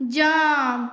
jump